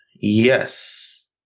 Yes